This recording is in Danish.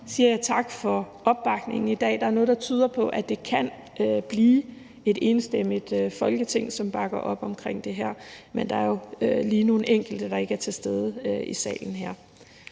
ord siger jeg tak for opbakningen i dag. Der er noget, der tyder på, at det kan blive et enstemmigt Folketing, som bakker op om det her. Men der er jo lige nogle enkelte, der ikke er til stede i salen nu her.